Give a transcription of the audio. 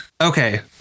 Okay